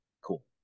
cool